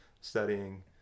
studying